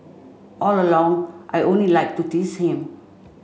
all along I only like to tease him